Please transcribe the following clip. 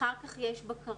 אחר כך יש בקרה.